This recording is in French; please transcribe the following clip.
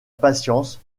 patience